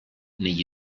negli